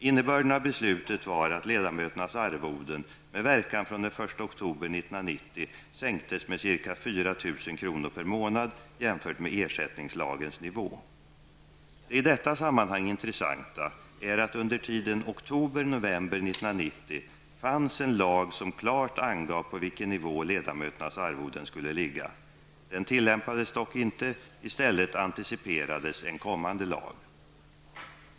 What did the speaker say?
Innebörden av beslutet var att ledamöternas arvoden med verkan från den 1 Det i detta sammanhang intressanta är att under tiden oktober-november 1990 fanns en lag som klart angav på vilken nivå ledamöternas arvoden skulle ligga. Den tillämpades dock inte. I stället anteciperades en kommande lag.